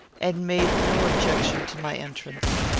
and made no objection to my entrance.